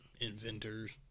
inventors